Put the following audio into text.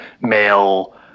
male